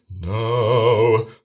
now